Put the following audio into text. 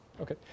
Okay